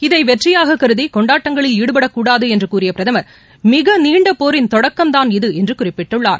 இதை வெற்றியாக கருதி கொண்டாட்டங்களில் ஈடுபடக் கூடாது என்று கூறிய பிரதமர் மிக நீண்ட போரின் தொடக்கம் தான் இது என்று குறிப்பிட்டுள்ளார்